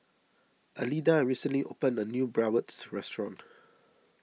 Alida recently opened a new Bratwurst restaurant